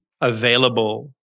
available